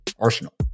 Arsenal